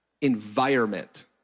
environment